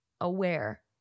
aware